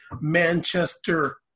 Manchester